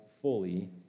fully